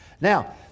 Now